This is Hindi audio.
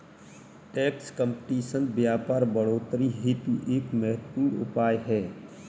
टैक्स कंपटीशन व्यापार बढ़ोतरी हेतु एक महत्वपूर्ण उपाय है